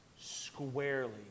squarely